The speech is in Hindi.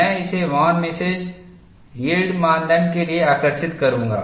मैं इसे वॉन मिसेज यील्ड मानदंड के लिए आकर्षित करूंगा